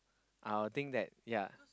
I'll think that ya